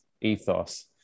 ethos